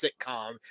sitcom